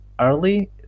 early